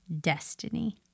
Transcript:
destiny